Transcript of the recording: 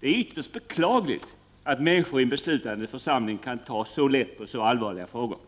Det är ytterst beklagligt att människor i en beslutande församling kan ta så lätt på så allvarliga frågor.